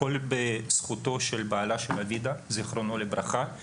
הכול בזכות של בעלה זיכרונו לברכה של אבידע.